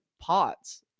pots